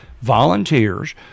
volunteers